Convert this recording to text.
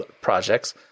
projects